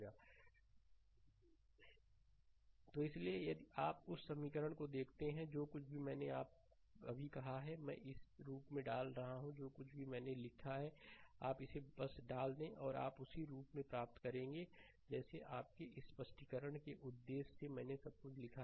slide समय देखें 1547 40 तो इसलिए यदि आप उस समीकरण को देखते हैं जो कुछ भी मैंने अभी कहा है कि मैं इस रूप में डाल रहा हूं जो कुछ भी मैंने लिखा है आप इसे बस डाल दें और आप उसी रूप में प्राप्त करेंगे जैसे आपके स्पष्टीकरण के उद्देश्य से मैंने सब कुछ लिखा था